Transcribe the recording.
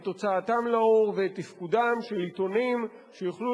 את הוצאתם לאור ואת תפקודם של עיתונים שיוכלו